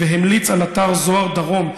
והמליץ על אתר זוהר דרום,